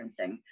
referencing